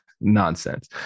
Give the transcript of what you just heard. nonsense